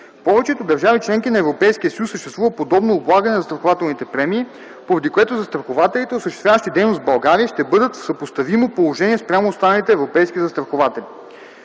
повечето държави – членки на Европейския съюз, съществува подобно облагане на застрахователните премии, поради което застрахователите, осъществяващи дейност в България, ще бъдат в съпоставимо положение спрямо останалите европейски застрахователи.